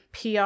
pr